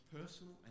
personal